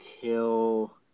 kill